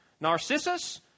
Narcissus